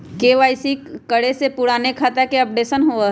KYC करें से पुराने खाता के अपडेशन होवेई?